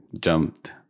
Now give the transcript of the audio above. jumped